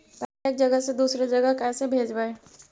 पैसा एक जगह से दुसरे जगह कैसे भेजवय?